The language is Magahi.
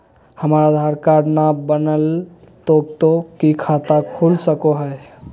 हमर आधार कार्ड न बनलै तो तो की खाता खुल सको है?